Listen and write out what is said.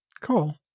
Cool